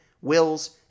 Wills